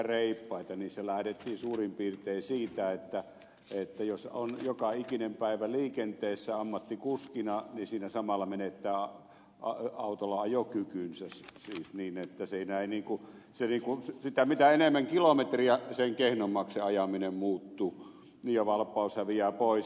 niissä lähdettiin suurin piirtein siitä että jos on joka ikinen päivä liikenteessä ammattikuskina niin siinä samalla menettää autolla ajokykynsä siis niin että se ääni kun se rikkoisi sitä mitä enemmän kilometrejä sitä kehnommaksi se ajaminen muuttuu ja valppaus häviää pois